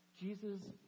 Jesus